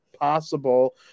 possible